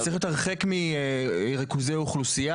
זה צריך להיות הרחק מריכוזי אוכלוסייה,